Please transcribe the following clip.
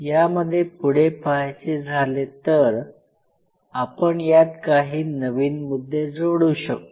यामध्ये पुढे पाहायचे झाले तर आपण यात काही नवीन मुद्दे जोडू शकतो